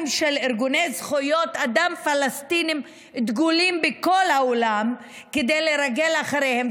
של ארגוני זכויות אדם פלסטיניים דגולים בכל העולם כדי לרגל אחריהם,